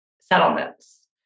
settlements